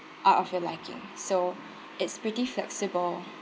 are of your liking so it's pretty flexible